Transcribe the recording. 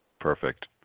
Perfect